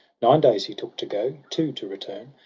nine days he took to go, two to return.